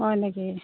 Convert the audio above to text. হয় নেকি